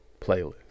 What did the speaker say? playlist